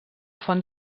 font